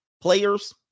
Players